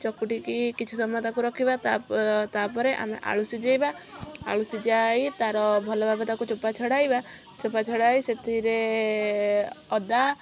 ଚକଟିକି କିଛି ସମୟ ତାକୁ ରଖିବା ତା ତା' ପରେ ଆମେ ଆଳୁ ସିଝାଇବା ଆଳୁ ସିଝାଇ ତାର ଭଲ ଭାବେ ତାକୁ ଚୋପା ଛଡ଼ାଇବା ଚୋପା ଛଡ଼ାଇ ସେଥିରେ ଅଦା